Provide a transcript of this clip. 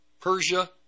Persia